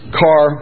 car